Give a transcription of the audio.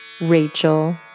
Rachel